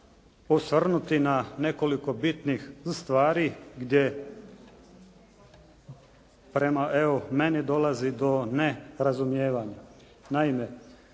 osvrnuti na nekoliko bitnih stvari gdje prema evo meni dolazi do nerazumijevanja. Naime,